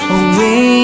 away